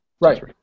Right